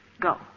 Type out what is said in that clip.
Go